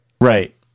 Right